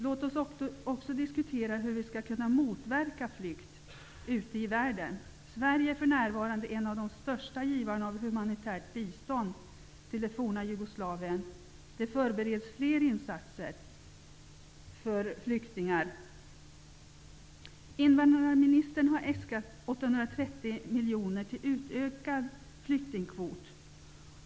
Låt oss också diskutera hur vi skall kunna motverka flykt ute i världen. Sverige är för närvarande en av de största givarna av humanitärt bistånd till det forna Jugoslavien. Det förbereds fler insatser för flyktingar. Invandrarministern har äskat 830 miljoner till utökad flyktingkvot.